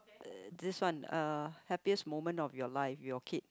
uh this one uh happiest moment of your life your kid